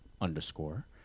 underscore